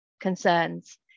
concerns